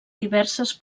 diverses